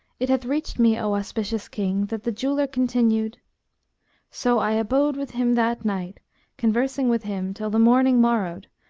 it hath reached me, o auspicious king, that the jeweller continued so i abode with him that night conversing with him till the morning morrowed,